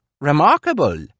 Remarkable